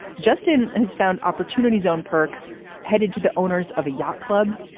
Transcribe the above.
justin has found opportunities, own perks headed to the owners of a yacht club,